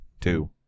Two